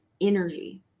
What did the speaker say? energy